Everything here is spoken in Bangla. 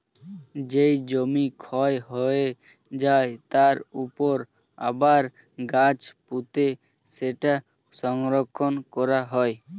যেই জমি ক্ষয় হয়ে যায়, তার উপর আবার গাছ পুঁতে সেটা সংরক্ষণ করা হয়